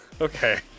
Okay